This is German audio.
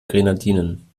grenadinen